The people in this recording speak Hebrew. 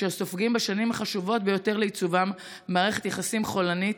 אשר סופגים בשנים החשובות ביותר לעיצובם מערכת יחסים חולנית,